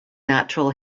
natural